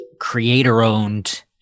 creator-owned